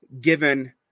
given